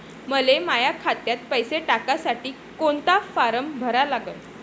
मले माह्या खात्यात पैसे टाकासाठी कोंता फारम भरा लागन?